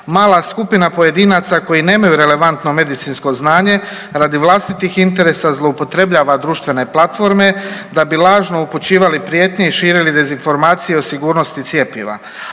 „Mala skupina pojedinaca koji nemaju relevantno medicinsko znanje radi vlastitih interesa zloupotrebljava društvene platforme da bi lažno upućivali prijetnje i širili dezinformacije o sigurnosti cjepiva.“